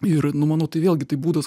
ir nu manau tai vėlgi tai būdas